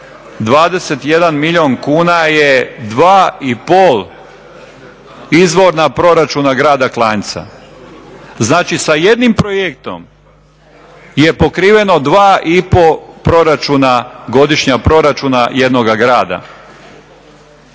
21 milijun kuna je 2,5 izvorna proračuna Grada Klanjca. Znači sa jednim projektom je pokriveno 2,5 proračuna, godišnja proračuna jednoga grada.